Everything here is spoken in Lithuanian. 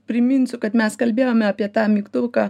priminsiu kad mes kalbėjome apie tą mygtuką